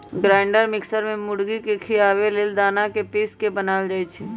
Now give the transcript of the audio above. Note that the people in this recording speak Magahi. ग्राइंडर मिक्सर में मुर्गी के खियाबे लेल दना के पिस के बनाएल जाइ छइ